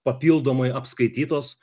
papildomai apskaitytos